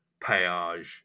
payage